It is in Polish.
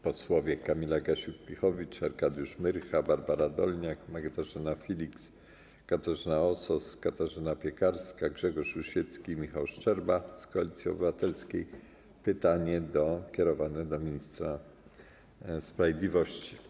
Posłowie Kamila Gasiuk-Pihowicz, Arkadiusz Myrcha, Barbara Dolniak, Magdalena Filiks, Katarzyna Osos, Katarzyna Piekarska, Grzegorz Rusiecki i Michał Szczerba z Koalicji Obywatelskiej - pytanie kierowane do ministra sprawiedliwości.